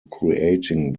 creating